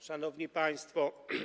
Szanowni Państwo!